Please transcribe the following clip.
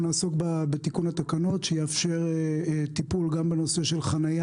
נעסוק בתיקון התקנות שיאפשר טיפול גם בנושא של חניה